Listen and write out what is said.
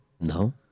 No